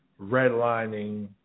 redlining